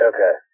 Okay